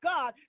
God